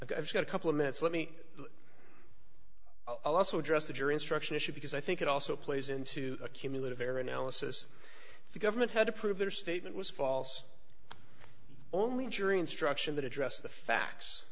her i've got a couple of minutes let me also address the jury instruction issue because i think it also plays into a cumulative error analysis if the government had to prove their statement was false only jury instruction that address the facts